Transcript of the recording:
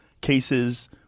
cases